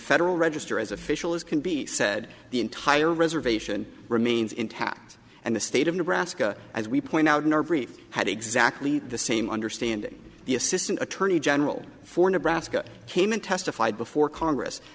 federal register as official as can be said the entire reservation remains intact and the state of nebraska as we point out in our brief had exactly the same understanding the assistant attorney general for nebraska came in testified before congress